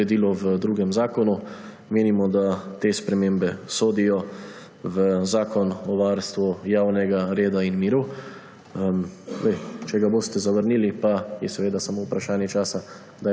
uredilo v drugem zakonu. Menimo, da te spremembe sodijo v zakon o varstvu javnega reda in miru. Če ga boste zavrnili, pa je seveda samo vprašanje časa,